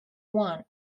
want